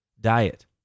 diet